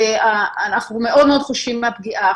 ואנחנו מאוד מאוד חוששים מהפגיעה.